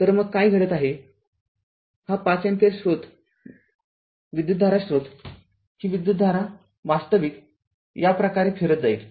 तरमग काय घडत आहे हा ५ अँपिअर स्वतंत्र विद्युतधारा स्रोत ही विद्युतधारा वास्तविक या प्रकारे फिरत जाईल